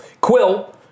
Quill